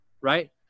Right